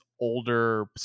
older